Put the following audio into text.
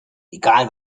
egal